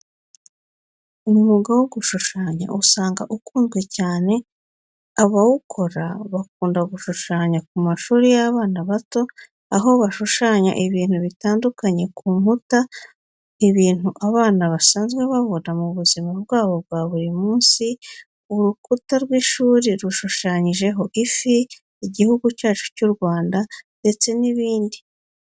Umwuga wo gushushanya usanga ukunzwe cyane, abawukora bakunda gushushanya ku mashuri y'abana bato, aho bashushanya ibintu bitandukanye ku nkuta, ibintu abana basanzwe babona mu buzima bwabo bwa buri munsi. Urukuta rw'ishuri rushushanyijeho ifi, igihugu cyacyu cy'u Rwanda, ndetse n'ibindi.